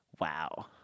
wow